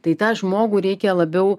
tai tą žmogų reikia labiau